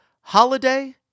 Holiday